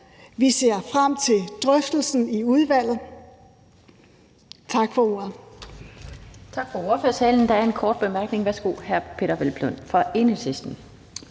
Vi ser frem til drøftelsen i udvalget.